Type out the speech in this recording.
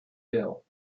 bill